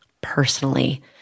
personally